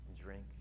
drink